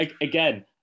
Again